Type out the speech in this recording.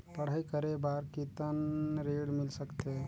पढ़ाई करे बार कितन ऋण मिल सकथे?